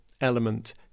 element